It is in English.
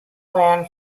plan